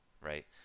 right